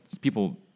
people